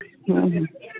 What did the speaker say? ᱦᱮᱸ ᱦᱮᱸ